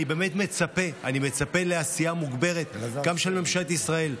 אני באמת מצפה לעשייה מוגברת גם של ממשלת ישראל,